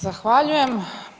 Zahvaljujem.